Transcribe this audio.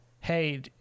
Hey